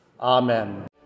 Amen